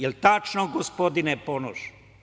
Jel tačno, gospodine Ponoš?